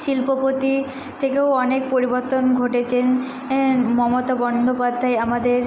শিল্পপতি থেকেও অনেক পরিবর্তন ঘটেছেন মমতা বন্দ্যোপাধ্যায় আমাদের